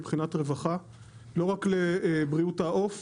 מבחינת רווחה ובריאות העוף,